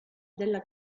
della